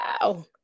wow